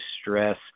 stress